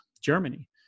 Germany